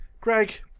Greg